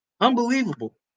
Unbelievable